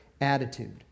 attitude